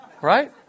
Right